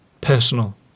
personal